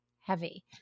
heavy